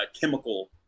chemical